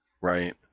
right